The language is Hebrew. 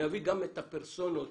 נביא גם את הפרסונות